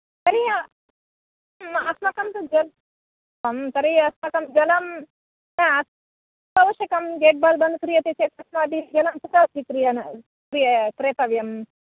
तर्हि अस्माकं तु तर्हि अस्माकं जलं आवश्यकं गेडबल् बन्ध क्रियते चेद् जलं कुत्र क्रेतव्यं